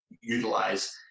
utilize